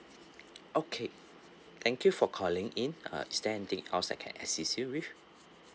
okay thank you for calling in uh is there anything else I can assist you with